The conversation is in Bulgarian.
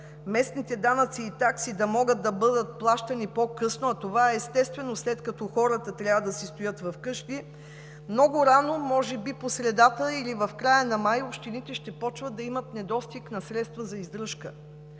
местните данъци и такси да може да бъдат плащани по-късно, а това е естествено, след като хората трябва да си стоят вкъщи, много рано може би по средата или в края на месец май общините ще започнат да имат недостиг на средства за издръжка.